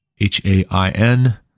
H-A-I-N